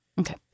Okay